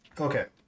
Okay